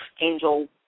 angel